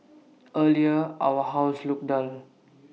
earlier our house looked dull